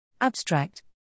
Abstract